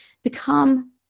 become